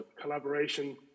collaboration